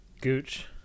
Gooch